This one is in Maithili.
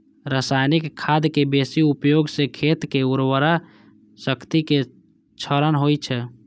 रासायनिक खादक बेसी उपयोग सं खेतक उर्वरा शक्तिक क्षरण होइ छै